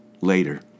later